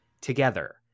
together